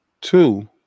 Two